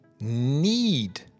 need